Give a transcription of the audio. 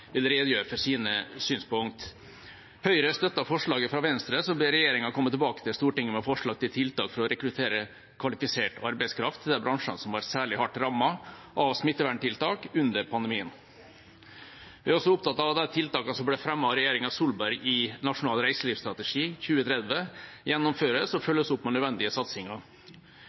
vil redegjøre for sine synspunkt. Høyre støtter forslaget fra Venstre som ber regjeringen komme tilbake til Stortinget med forslag til tiltak for å rekruttere kvalifisert arbeidskraft til de bransjene som var særlig hardt rammet av smitteverntiltak under pandemien. Vi er også opptatt av at de tiltakene som ble fremmet av regjeringen Solberg i Nasjonal reiselivsstrategi 2030, gjennomføres og følges opp med nødvendige satsinger,